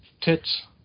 tits